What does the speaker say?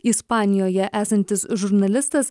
ispanijoje esantis žurnalistas